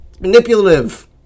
Manipulative